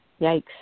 Yikes